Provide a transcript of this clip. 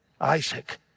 Isaac